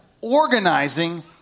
organizing